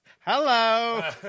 Hello